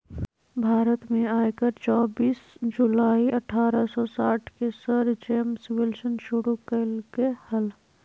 भारत में आयकर चोबीस जुलाई अठारह सौ साठ के सर जेम्स विल्सन शुरू कइल्के हल